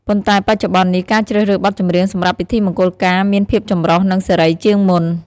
ប៉ុន្តែបច្ចុប្បន្ននេះ ការជ្រើសរើសបទចម្រៀងសម្រាប់ពិធីមង្គលការមានភាពចម្រុះនិងសេរីជាងមុន។